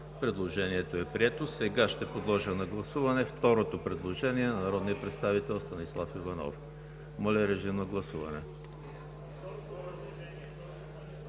Предложението е прието. Сега ще подложа на гласуване второто предложение на народния представител Станислав Иванов. Гласували